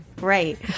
right